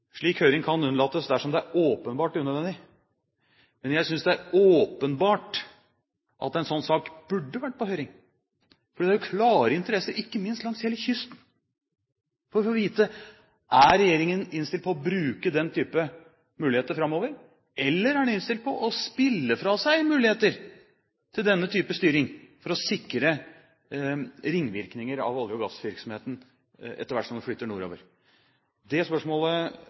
slik høring kan unnlates dersom det er åpenbart unødvendig, men jeg synes det er åpenbart at en sånn sak burde vært på høring, fordi det er klare interesser, ikke minst langs hele kysten, for å få vite: Er regjeringen innstilt på å bruke den type muligheter framover, eller er den innstilt på å spille fra seg muligheter til denne type styring for å sikre ringvirkninger av olje- og gassvirksomheten etter hvert som den flyttes nordover? Det spørsmålet